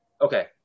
Okay